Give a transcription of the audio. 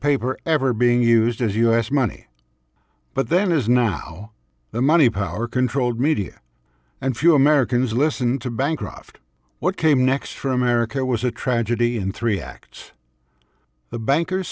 paper ever being used as u s money but then as now the money power controlled media and few americans listen to bancroft what came next for america was a tragedy in three acts the banker